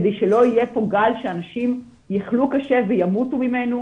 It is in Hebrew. כדי שלא יהיה פה גל שאנשים יחלו קשה וימותו ממנו,